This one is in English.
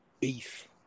beef